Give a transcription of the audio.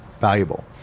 valuable